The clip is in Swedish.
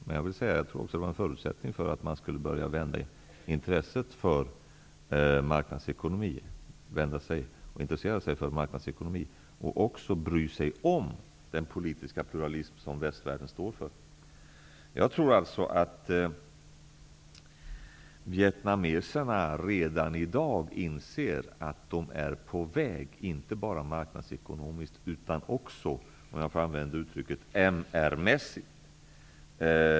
Men jag vill säga att det också var en förutsättning för att man skulle intressera sig för marknadekonomi och även bry sig om den politiska pluralism som västvärlden står för. Jag tror att vietnameserna redan i dag inser att de är på väg inte bara marknadsekonomiskt utan också, om jag får använda uttrycket, MR-mässigt.